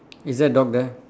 is there dog there